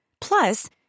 Plus